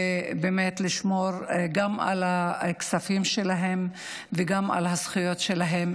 ובאמת לשמור גם על הכספים שלהם וגם על הזכויות שלהם,